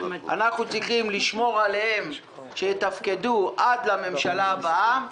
אנחנו צריכים לשמור שהם יתפקדו עד לממשלה הבאה,